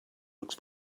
looks